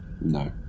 no